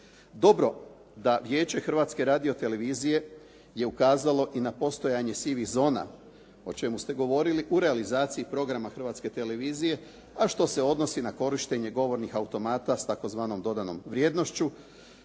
Dobro da vijeće Hrvatske radio-televizije je ukazalo i na postojanje sivih zona o čemu ste govorili u realizaciji programa Hrvatske televizije a što se odnosi na korištenje govornih automata s tzv. dodanom vrijednošću